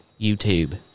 YouTube